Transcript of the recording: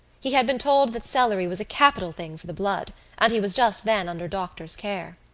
he had been told that celery was a capital thing for the blood and he was just then under doctor's care.